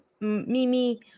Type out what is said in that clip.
Mimi